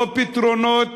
לא פתרונות